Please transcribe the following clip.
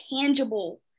tangible